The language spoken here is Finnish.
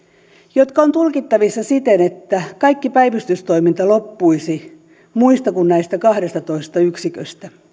jotka ovat tulkittavissa siten että kaikki päivystystoiminta loppuisi muista kuin näistä kahdestatoista yksiköstä